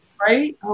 Right